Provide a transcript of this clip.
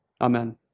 Amen